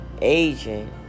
aging